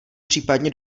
případně